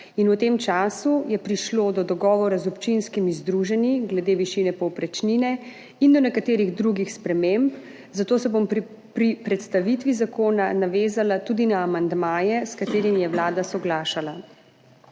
in v tem času je prišlo do dogovora z občinskimi združenji glede višine povprečnine in do nekaterih drugih sprememb, zato se bom pri predstavitvi zakona navezala tudi na amandmaje, s katerimi je Vlada soglašala.